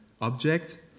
object